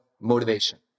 motivation